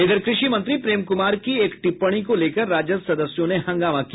इधर कृषि मंत्री प्रेम कुमार की एक टिप्पणी को लेकर राजद सदस्यों ने हंगामा किया